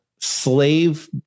Slave